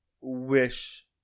wish